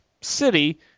city